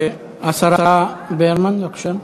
השרה גרמן, בבקשה.